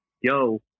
yo